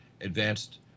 advanced